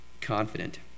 Confident